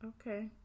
okay